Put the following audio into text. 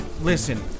listen